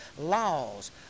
laws